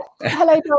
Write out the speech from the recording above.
hello